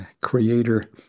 creator